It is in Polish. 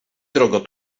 drogo